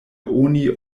oni